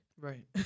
Right